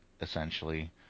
essentially